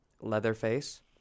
Leatherface